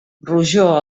rojor